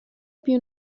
più